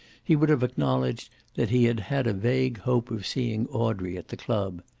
he would have acknowledged that he had had a vague hope of seeing audrey at the club.